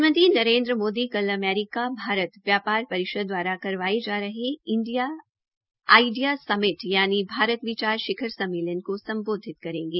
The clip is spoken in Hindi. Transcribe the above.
प्रधानमंत्री नरेन्द्र मोदी कल अमेरिका भारत व्यापार परिषद द्वारा करवाये जा रहे इंडिया आडियॉस समिट यानि भारत विचार शिखर सम्मेलन का सम्बोधित करेंगे